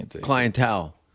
clientele